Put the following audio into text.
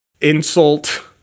insult